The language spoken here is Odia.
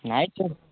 ନାଇ